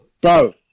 bro